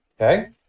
Okay